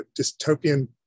dystopian